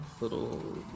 little